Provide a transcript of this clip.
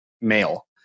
male